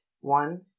one